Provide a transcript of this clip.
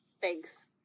Thanks